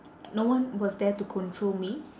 no one was there to control me